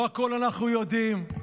לא הכול אנחנו יודעים.